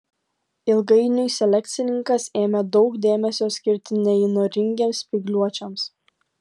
ilgainiui selekcininkas ėmė daug dėmesio skirti neįnoringiems spygliuočiams